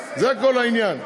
זה כל העניין.